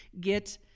get